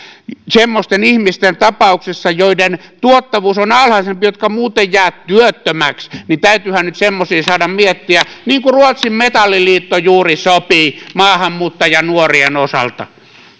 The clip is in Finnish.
semmoisten ihmisten tapauksessa joiden tuottavuus on alhaisempi jotka muuten jäävät työttömäksi täytyyhän nyt semmoisia saada miettiä niin kuin ruotsin metalliliitto juuri sopi maahanmuuttajanuorien osalta